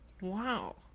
Wow